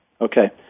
Okay